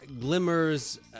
Glimmers